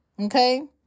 Okay